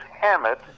Hammett